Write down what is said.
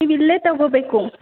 ನೀವಿಲ್ಲೆ ತಗೋಬೇಕು